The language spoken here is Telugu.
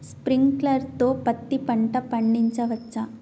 స్ప్రింక్లర్ తో పత్తి పంట పండించవచ్చా?